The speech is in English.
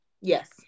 yes